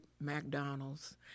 McDonald's